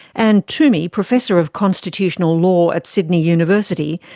anne twomey, professor of constitutional law at sydney university,